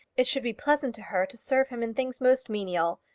it should be pleasant to her to serve him in things most menial.